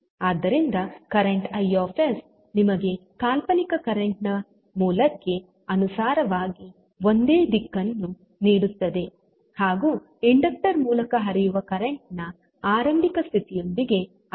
ಆದ್ದರಿಂದ current I ನಿಮಗೆ ಕಾಲ್ಪನಿಕ ಕರೆಂಟ್ ನ ಮೂಲಕ್ಕೆ ಅನುಸಾರವಾಗಿ ಒಂದೇ ದಿಕ್ಕನ್ನು ನೀಡುತ್ತದೆ ಹಾಗೂ ಇಂಡಕ್ಟರ್ ಮೂಲಕ ಹರಿಯುವ ಕರೆಂಟ್ ನ ಆರಂಭಿಕ ಸ್ಥಿತಿಯೊಂದಿಗೆ ಅದನ್ನು ನೀವು ಸೇರಿಸುತ್ತೀರಿ